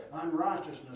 unrighteousness